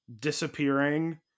disappearing